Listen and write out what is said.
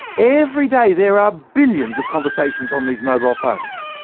every day, there are billions of conversations on these mobile phones.